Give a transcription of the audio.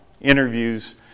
interviews